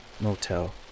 motel